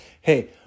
hey